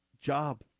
job